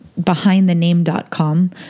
behindthename.com